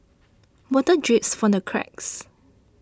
water drips from the cracks